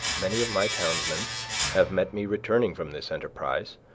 many of my townsmen have met me returning from this enterprise,